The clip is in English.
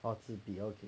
他自闭 okay